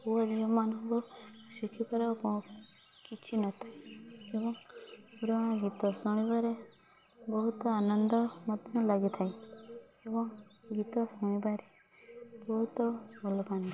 ପୁଅ ଝିଅମାନଙ୍କୁ କିଛି ନଥାଏ ଏବଂ ପୁରୁଣା ଗୀତ ଶୁଣିବାରେ ବହୁତ ଆନନ୍ଦ ମଧ୍ୟ ଲାଗିଥାଏ ଏବଂ ଗୀତ ଶୁଣିବାରେ ବହୁତ ଭଲ ପାଆନ୍ତି